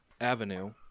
avenue